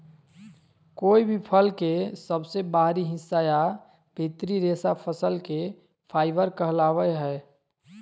कोय भी फल के सबसे बाहरी हिस्सा या भीतरी रेशा फसल के फाइबर कहलावय हय